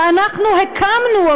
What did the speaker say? ואנחנו הקמנו,